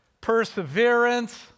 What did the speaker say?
perseverance